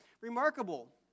Remarkable